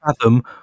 fathom